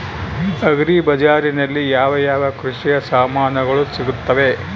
Agri ಬಜಾರಿನಲ್ಲಿ ಯಾವ ಯಾವ ಕೃಷಿಯ ಸಾಮಾನುಗಳು ಸಿಗುತ್ತವೆ?